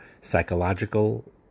psychological